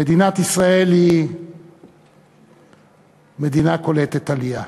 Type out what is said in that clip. מדינת ישראל היא מדינה קולטת עלייה.